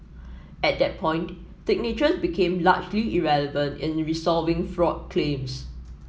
at that point signatures became largely irrelevant in resolving fraud claims